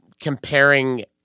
comparing